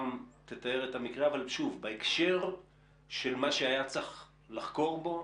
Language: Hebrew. תאר את המקרה אבל בהקשר של מה שהיה צריך לחקור בו,